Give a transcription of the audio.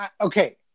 Okay